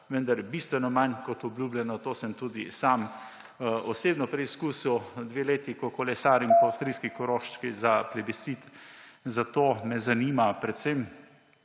vendar bistveno manj kot obljubljeno. To sem tudi sam osebno preizkusil, dve leti, ko kolesarim po avstrijski Koroški ob obletnici plebiscita. Zato me zanima predvsem: